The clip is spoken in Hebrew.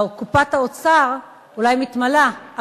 וקופת האוצר אולי מתמלאת,